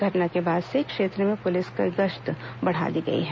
घटना के बाद से क्षेत्र में पुलिस की गश्त बढ़ा दी गई है